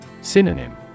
Synonym